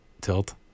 tilt